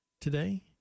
today